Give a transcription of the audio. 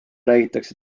räägitakse